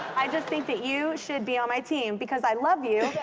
i just think that you should be on my team because i love you.